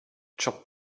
chopped